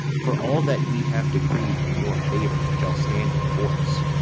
for all that we have decreed in your favour shall stand in force.